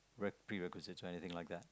re~ prerequisites try anything like that